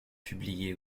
publié